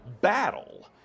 battle